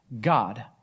God